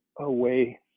away